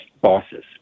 bosses